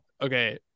okay